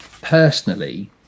personally